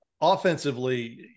offensively